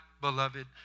beloved